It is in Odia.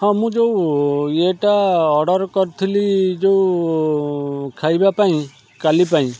ହଁ ମୁଁ ଯେଉଁ ଇଏଟା ଅର୍ଡ଼ର୍ କରିଥିଲି ଯେଉଁ ଖାଇବା ପାଇଁ କାଲି ପାଇଁ